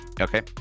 Okay